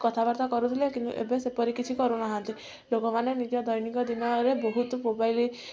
କଥାବାର୍ତ୍ତା କରୁଥିଲେ କିନ୍ତୁ ଏବେ ସେପରି କିଛି କରୁନାହାନ୍ତି ଲୋକମାନେ ନିଜ ଦୈନିକ ଦିନରେ ବହୁତ ମୋବାଇଲ୍